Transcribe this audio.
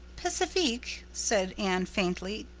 pacifique, said anne faintly,